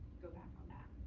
go back on that.